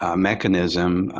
ah mechanism